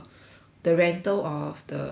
the rental of the places